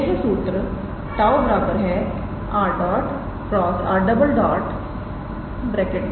तो यह सूत्र 𝜁 𝑟̇×𝑟̈𝑟⃛